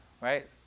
Right